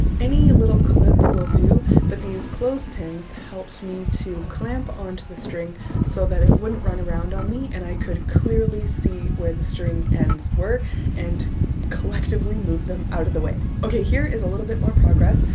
any little clip will do but these clothes pins helped me to clamp on to the string so that it wouldn't run around me and i could clearly see where the string ends were and collectively move them out of the way. okay, here is a little bit more progress.